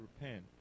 repent